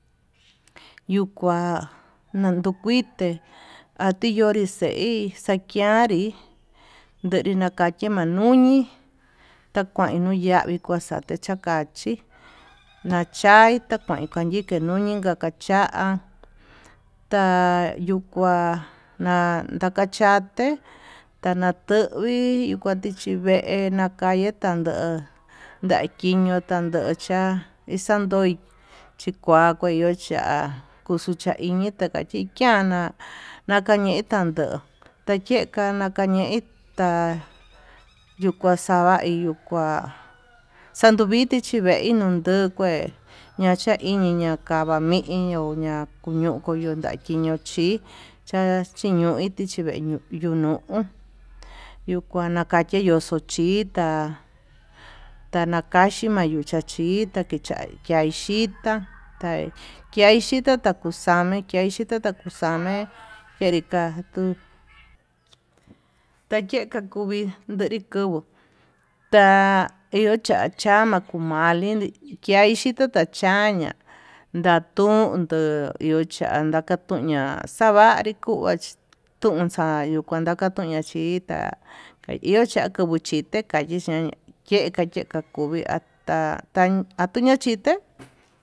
Ñuu kua ñandukuité tayonrixei xakianri, ndenri makachi mañuñe takuin nuu yavii kueti xakachí nachaí takuen kandike kacha ta yu kua na'a yakachaté tanakuvi kuachi chivená nakaye tandó ndaki ño'o tandochá ixandoi chikua kue yuu cha'a, kuchu taiñi kachia tikiana nakañe tandó takeika nakañei ta'a yuu kua xava yuu kua anduvichi chivei nuu nduke'e, ña'a chaiñi ña'a kava iño ma'akuño kundakiño chí chachiñoiti chiño ño'o yuu kua nakachi yoxochitá, tanakaxhi tanuchachita kichá kiaxhita kiaxhita taka kuxanui taixhita ta kuxani yenri katuu, take kakuvii kuvuu ta ho chachcama kumali kiaxhita tachaña yandón ndo'o cha'a takatuña'a xavanri kunya kunchayi ndakachoña xhitá kayio chá kovo xhitai kain xhián, yeka yeka kuvii ata'a atuña chitá.